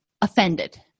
offended